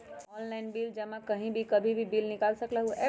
Online bill जमा कहीं भी कभी भी बिल निकाल सकलहु ह?